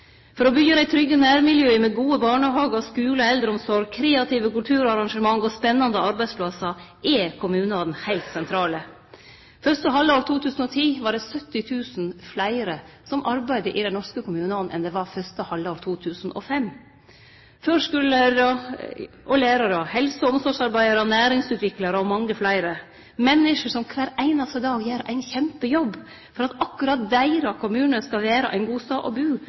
For å byggje dei trygge nærmiljøa med gode barnehagar, skular, eldreomsorg, kreative kulturarrangement og spennande arbeidsplassar er kommunane heilt sentrale. Første halvår 2010 var det 70 000 fleire som arbeidde i dei norske kommunane enn det var fyrste halvår av 2005, førskulelærarar og lærarar, helse- og omsorgsarbeidarar, næringsutviklarar og mange fleire, menneske som kvar einaste dag gjer ein kjempejobb for at akkurat deira kommune skal vere ein god stad å bu og